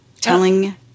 telling